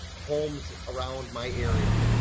homes around my area.